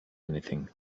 anything